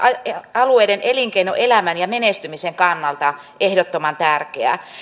alueen elinkeinoelämän ja menestymisen kannalta ehdottoman tärkeää